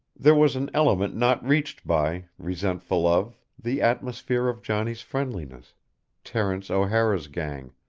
there was an element not reached by, resentful of, the atmosphere of johnny's friendliness terence o'hara's gang.